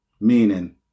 meaning